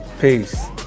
Peace